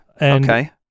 okay